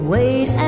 Wait